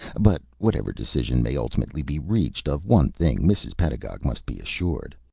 but whatever decision may ultimately be reached, of one thing mrs. pedagog must be assured.